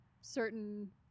certain